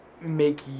make